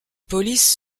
police